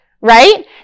Right